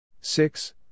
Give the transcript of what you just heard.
six